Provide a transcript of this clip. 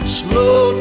slow